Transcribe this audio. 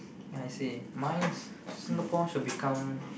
I see mines Singapore should become